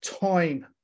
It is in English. time